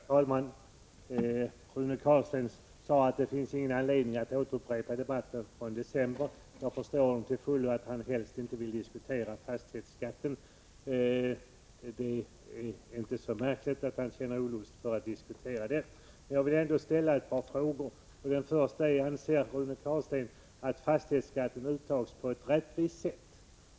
Herr talman! Rune Carlstein sade att det inte finns anledning att upprepa debatten från december. Jag förstår till fullo att han helst inte vill diskutera fastighetsskatten. Det är inte så märkligt att han känner olust för att göra det. Jag vill ändå ställa ett par frågor. Den första är: Anser Rune Carlstein att fastighetsskatten uttas på ett rättvist sätt?